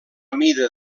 mida